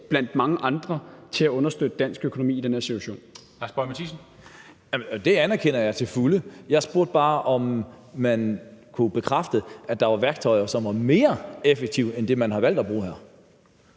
Mathiesen. Kl. 11:05 Lars Boje Mathiesen (NB): Det anerkender jeg til fulde. Jeg spurgte bare, om man kunne bekræfte, at der var værktøjer, som var mere effektive end det, man har valgt at bruge her.